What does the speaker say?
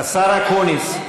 השר אקוניס,